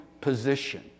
position